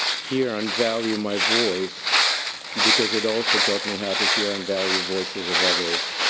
hear and value my voice because it also taught me how to hear and value voices of others.